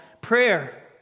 prayer